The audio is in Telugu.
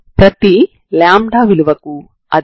ఈ లైన్ 0 అవుతుంది